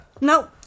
No